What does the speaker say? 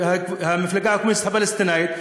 המפלגה הקומוניסטית הפלסטינית,